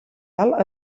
alt